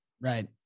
right